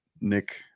Nick